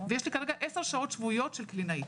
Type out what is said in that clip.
ויש לי כרגע 10 שעות שבועיות של קלינאית.